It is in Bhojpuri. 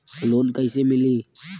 लोन कइसे मिलि?